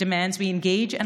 ריבונית משגשגת.